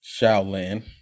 Shaolin